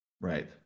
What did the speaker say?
Right